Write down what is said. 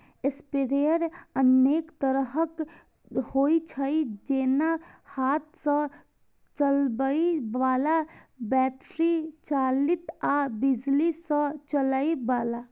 sprayer अनेक तरहक होइ छै, जेना हाथ सं चलबै बला, बैटरी चालित आ बिजली सं चलै बला